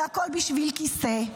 והכול בשביל כיסא.